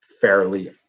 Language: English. fairly